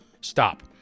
Stop